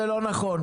זה לא נכון.